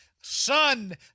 son